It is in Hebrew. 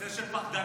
מעשה של פחדנים.